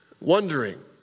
wondering